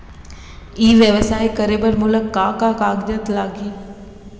ई व्यवसाय करे बर मोला का का कागजात लागही?